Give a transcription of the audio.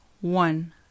one